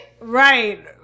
Right